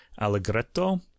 Allegretto